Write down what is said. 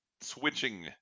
switching